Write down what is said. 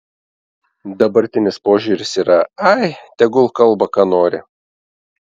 dabartinis požiūris yra ai tegul kalba ką nori